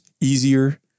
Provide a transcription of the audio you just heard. easier